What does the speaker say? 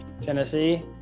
Tennessee